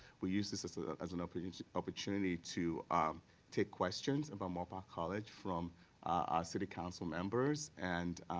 we use this this ah as an opportunity opportunity to take questions about moorpark college from our city council members and